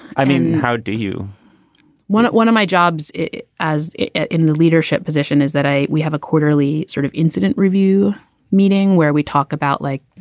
i mean, how do you want one of my jobs as in the leadership position is that i we have a quarterly sort of incident review meeting where we talk about like,